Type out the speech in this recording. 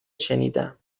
شنیدم